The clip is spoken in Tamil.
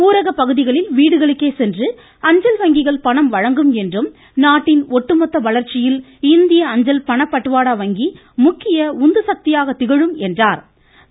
ஊரக பகுதிகளில் வீடுகளுக்கே சென்று அஞ்சல் வங்கிகள் பணம் வழங்கும் என்றும் நாட்டின் ஒட்டுமொத்த வளர்ச்சியில் இந்திய அஞ்சல் பணப்பட்டுவாடா வங்கி முக்கிய உந்துசக்தியாக திகழும் என்றும் அவர் கூறினார்